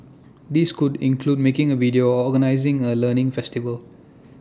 these could include making A video or organising A learning festival